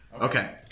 Okay